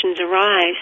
arise